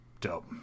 dope